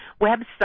website